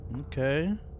Okay